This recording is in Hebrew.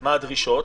מה הדרישות.